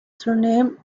surname